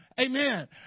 Amen